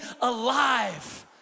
alive